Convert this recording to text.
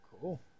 Cool